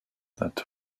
that